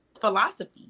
philosophy